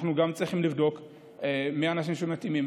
אנחנו גם צריכים לבדוק מי האנשים שמתאימים.